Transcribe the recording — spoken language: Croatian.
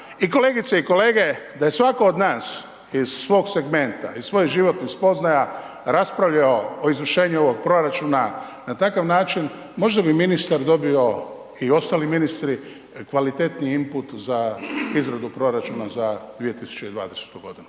I kolegice i kolege, da je svako od nas iz svog segmenta iz svojih životnih spoznaja raspravljao i izvršenju ovog proračuna na takav način, možda bi ministar dobio i ostali ministri kvalitetniji imput za izradu proračuna za 2020. godinu.